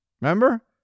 Remember